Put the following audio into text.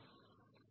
p क्या है